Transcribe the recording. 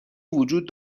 وجود